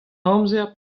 amzer